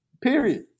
Period